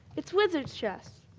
it's wizard's chess.